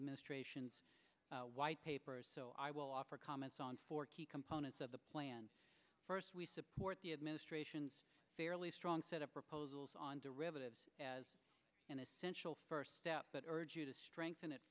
administration's white paper so i will offer comments on four key components of the plan first we support the administration's fairly strong set of proposals on derivatives as an essential first step but i urge you to strengthen it